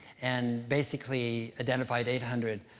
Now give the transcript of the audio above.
and basically, identified eight hundred